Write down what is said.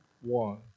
one